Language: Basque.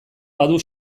badu